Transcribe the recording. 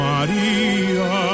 Maria